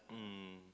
mm